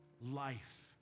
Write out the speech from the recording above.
Life